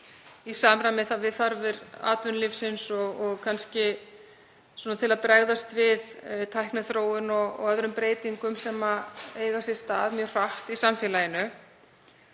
í samræmi við þarfir atvinnulífsins og til að bregðast við tækniþróun og öðrum breytingum sem eiga sér stað mjög hratt í samfélaginu.